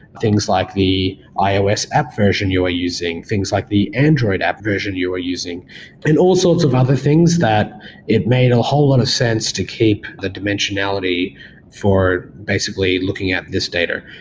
things like the ios app version you're using. things like the android app version you're using and all sorts of other things that it made a whole lot of sense to keep the dimensionality for basically looking at this data.